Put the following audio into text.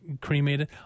cremated